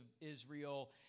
Israel